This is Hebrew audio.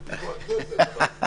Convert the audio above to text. אנחנו לא תומכים בפיזור הכנסת, בחוק